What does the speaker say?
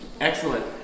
Excellent